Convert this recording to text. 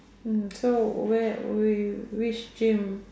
mm so where wait which gym